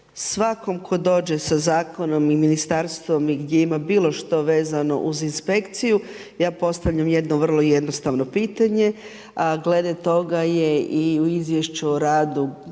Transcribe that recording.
svakom tko dođe sa zakonom i ministarstvom i gdje ima bilo što vezano uz inspekciju, ja postavljam jedno vrlo jednostavno pitanje a glede toga je i u izvješću o radu